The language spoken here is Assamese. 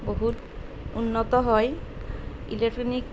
বহুত উন্নত হয় ইলেক্ট্ৰনিক